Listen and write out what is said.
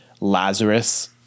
Lazarus